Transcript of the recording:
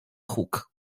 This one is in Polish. huk